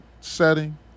setting